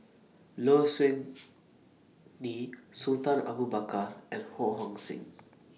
Low Siew Nghee Sultan Abu Bakar and Ho Hong Sing